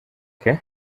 qué